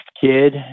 kid